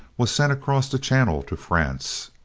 was sent across the channel to france.